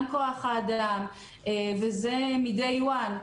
גם כוח האדם וזה מהיום הראשון.